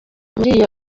muri